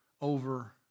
over